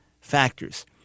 factors